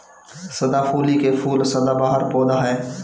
सदाफुली के फूल सदाबहार पौधा ह